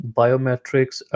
biometrics